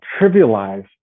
trivialize